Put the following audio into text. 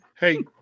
hey